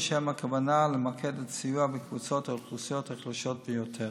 בשל הכוונה למקד את הסיוע בקבוצות האוכלוסייה החלשות ביותר.